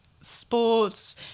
sports